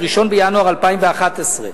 1 בינואר 2011,